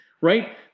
right